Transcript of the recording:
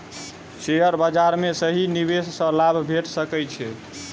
share बाजार में सही निवेश सॅ लाभ भेट सकै छै